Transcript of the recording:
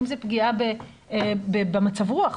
אם זה פגיעה במצב רוח,